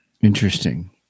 Interesting